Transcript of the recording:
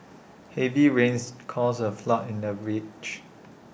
heavy rains caused A flood in the village